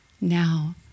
now